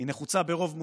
היא נחוצה ברוב מוצק.